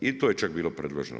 I to je čak bilo predloženo.